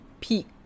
peak